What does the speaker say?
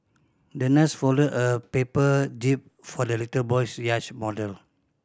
the nurse folded a paper jib for the little boy's yacht model